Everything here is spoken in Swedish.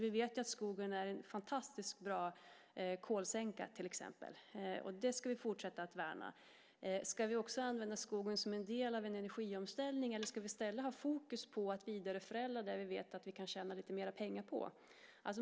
Vi vet att skogen är en fantastisk bra kolsänka till exempel. Det ska vi fortsätta att värna. Ska vi också använda skogen som en del av en energiomställning eller ska vi ställa fokus på att vidareförädla det vi vet att vi kan tjäna lite mer pengar på?